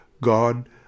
God